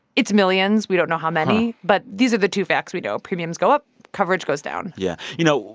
it's millions. we don't know how many. but these are the two facts we know premiums go up. coverage goes down yeah. you know,